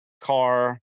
car